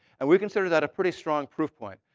and we consider that a pretty strong proof point.